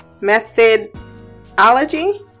methodology